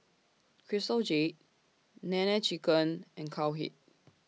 Crystal Jade Nene Chicken and Cowhead